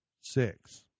Six